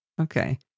Okay